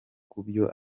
kubyo